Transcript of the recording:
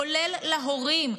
כולל ההורים.